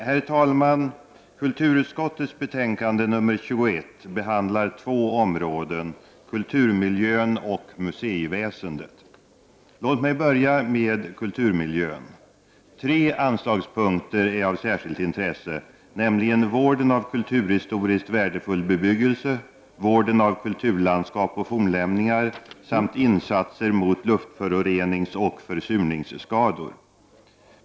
Herr talman! Kulturutskottets betänkande nr 21 behandlar två områden — kulturmiljön och museiväsendet. Låt mig börja med kulturmiljön. Tre anslagspunkter är av särskilt intresse, nämligen vården av kulturhistoriskt värdefull bebyggelse, vården av kulturlandskap och fornlämningar samt insatser mot luftföroreningsoch försurningsskador.